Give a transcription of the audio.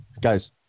Guys